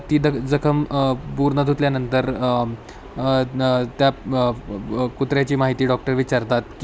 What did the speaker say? ती द जखम पूर्ण धुतल्यानंतर न त्या कुत्र्याची माहिती डॉक्टर विचारतात की